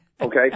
Okay